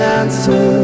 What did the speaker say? answer